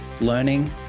learning